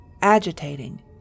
agitating